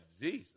Jesus